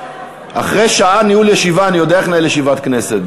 אחרי שעה ניהול ישיבה אני יודע איך לנהל ישיבת כנסת,